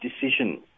decision